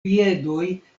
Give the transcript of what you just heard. piedoj